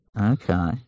Okay